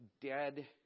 dead